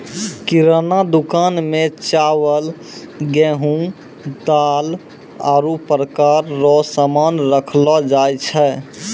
किराना दुकान मे चावल, गेहू, दाल, आरु प्रकार रो सामान राखलो जाय छै